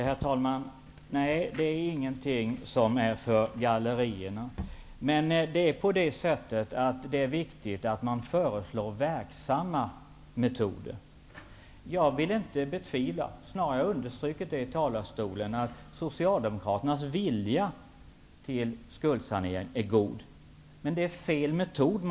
Herr talman! Nej, det finns ingenting för gallerierna. Men det är viktigt att man föreslår verksamma metoder. Jag vill inte betvivla - jag har snarare understrukit det i talarstolen - att Socialdemokraternas vilja till skuldsanering är god. Man väljer emellertid fel metod.